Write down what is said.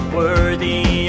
worthy